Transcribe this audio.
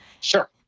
Sure